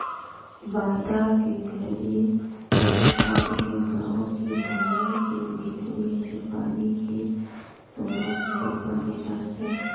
बांधा के घरी तखार के गाँव के भुइंया के भीतरी मे पानी के सरोत हर बने रहथे